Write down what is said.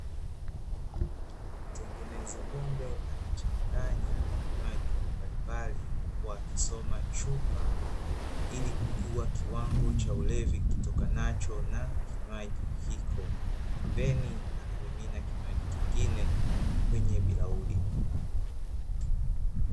Mtengeneza pombe akichanganya vinywaji mbalimbali huku akisoma chupa, ili kujua kiwango cha ulevi kitokanacho na kinywaji hiko, pembeni anamimina kinywaji kingine kwenye bilauri.